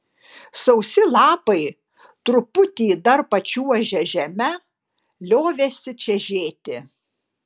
sausi lapai truputį dar pačiuožę žeme liovėsi čežėti